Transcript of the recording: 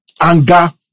anger